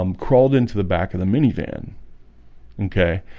um crawled into the back of the minivan okay,